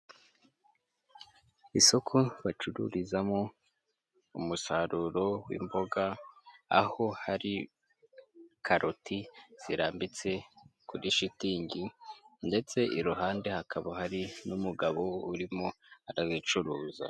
Isoko bacururizamo umusaruro w'imboga, aho hari karoti zirambitse kuri shitingi ndetse iruhande hakaba hari n'umugabo urimo arazicuruza.